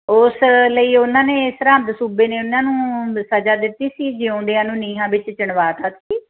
ਉਸ ਲਈ ਉਹਨਾਂ ਨੇ ਸਰਹਿੰਦ ਸੂਬੇ ਨੇ ਉਹਨਾਂ ਨੂੰ ਸਜ਼ਾ ਦਿੱਤੀ ਸੀ ਜਿਉਂਦਿਆਂ ਨੂੰ ਨੀਹਾਂ ਵਿੱਚ ਚਿਣਵਾ ਤਾ ਸੀ